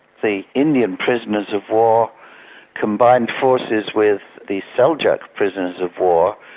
the indian prisoners-of-war combined forces with the seljuk prisoners-of-war,